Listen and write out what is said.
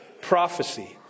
prophecy